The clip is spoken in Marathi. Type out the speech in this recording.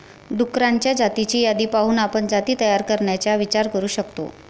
डुक्करांच्या जातींची यादी पाहून आपण जाती तयार करण्याचा विचार करू शकतो